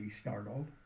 startled